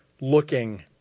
looking